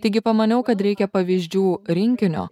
taigi pamaniau kad reikia pavyzdžių rinkinio